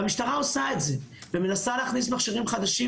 והמשטרה עושה את זה ומנסה להכניס מכשירים חדשים,